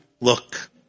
look